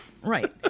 Right